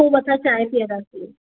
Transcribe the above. पोइ मथां चांहिं पीअंदासीं